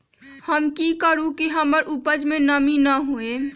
हम की करू की हमर उपज में नमी न होए?